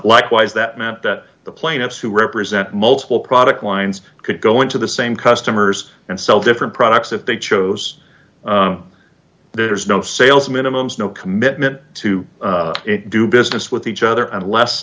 likewise that meant that the plaintiffs who represent multiple product lines could go into the same customers and sell different products if they chose there's no sales minimums no commitment to do business with each other unless